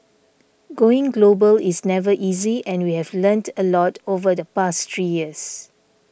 going global is never easy and we have learned a lot over the past three years